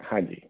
हाँ जी